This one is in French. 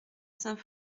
saint